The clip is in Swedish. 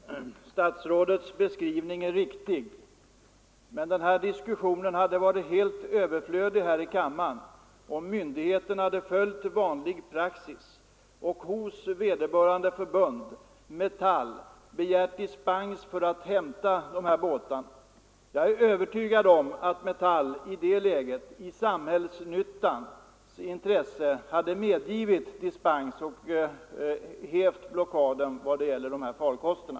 Fru talman! Statsrådets beskrivning är riktig, men den här diskussionen i kammaren hade varit helt överflödig om myndigheten hade följt vanlig praxis och hos vederbörande förbund, Metall, begärt dispens för att hämta båtarna. Jag är övertygad om att Metall i det läget i samhällets intresse hade medgivit dispens och hävt blockaden i vad gäller de här farkosterna.